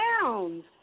pounds